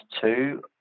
two